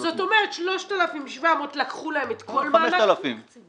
זאת אומרת ש-3,700 לקחו להם את כל מענק --- כ-5,000 תובעות